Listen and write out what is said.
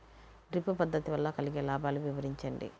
Drip పద్దతి వల్ల కలిగే లాభాలు వివరించండి?